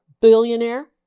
billionaire